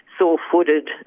sore-footed